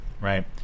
right